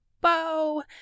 bow